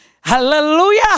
Hallelujah